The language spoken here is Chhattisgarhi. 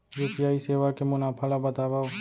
यू.पी.आई सेवा के मुनाफा ल बतावव?